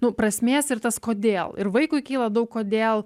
nu prasmės ir tas kodėl ir vaikui kyla daug kodėl